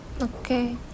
Okay